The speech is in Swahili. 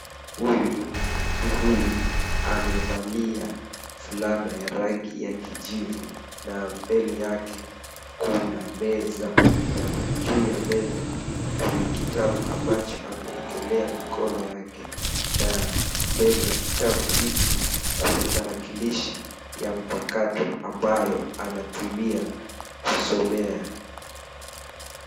Huyu ni, mtu huyu amevalia fulana ya rangi ya kijivu na mbele yake kuna eza na juu ya meza kuna kitabu ambacho amewekelea mkono yake na mbele ya kitabu hichi kuna tarakilishi ya mpakato ambayo anatumia kusomea.